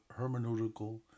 hermeneutical